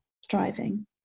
striving